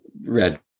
Red